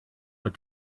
but